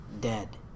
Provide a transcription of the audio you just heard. dead